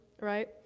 right